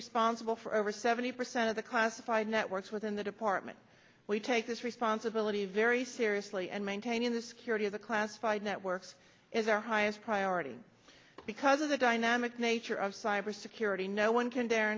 responsible for over seventy percent of the classified networks within the department we take this responsibility very seriously and maintaining the security of the classified networks is our highest priority because of the dynamic nature of cyber security no one can